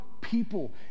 people